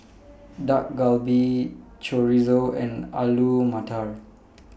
Dak Galbi Chorizo and Alu Matar